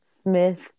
Smith